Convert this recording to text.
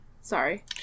Sorry